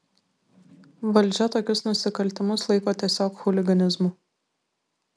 valdžia tokius nusikaltimus laiko tiesiog chuliganizmu